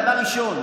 דבר ראשון,